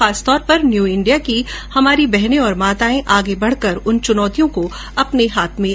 खासतौर पर new India की हमारी बहने और माताए आगे बढ़कर उन चुनौतियों को अपने हाथों में ले रही है